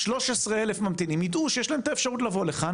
ש-13,000 הממתינים ידעו שיש להם את האפשרות לבוא לכאן